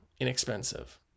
inexpensive